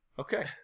Okay